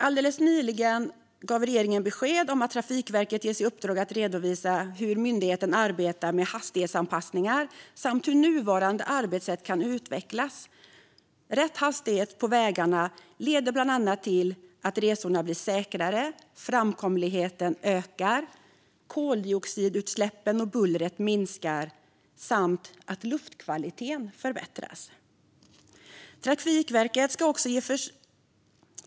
Alldeles nyligen gav regeringen besked om att Trafikverket ges i uppdrag att redovisa hur myndigheten arbetar med hastighetsanpassningar samt hur nuvarande arbetssätt kan utvecklas. Rätt hastighet på vägarna leder bland annat till att resorna blir säkrare, att framkomligheten ökar, att koldioxidutsläppen och bullret minskar samt att luftkvaliteten förbättras.